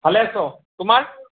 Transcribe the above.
ভালে আছ তোমাৰ